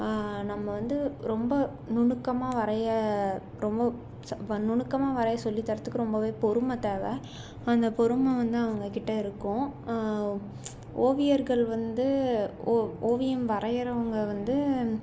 நம்ம வந்து ரொம்ப நுணுக்கமாக வரைய ரொம்ப நுணுக்கமாக வரைய சொல்லி தர்றதுக்கு ரொம்பவே பொறுமை தேவை அந்த பொறுமை வந்து அவங்ககிட்ட இருக்கும் ஓவியர்கள் வந்து ஓ ஓவியம் வரையிறவங்க வந்து